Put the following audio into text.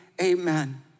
amen